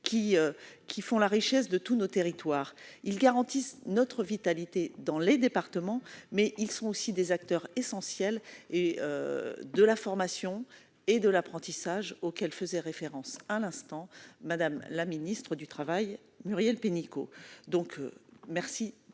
qui font la richesse de tous nos territoires. Ils garantissent la vitalité de nos départements, mais ils sont aussi des acteurs essentiels de la formation et de l'apprentissage auxquels faisait référence à l'instant Mme la ministre du travail, Muriel Pénicaud.